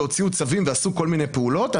הוציאו צווים ועשו כל מיני פעולות,